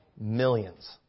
millions